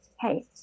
hey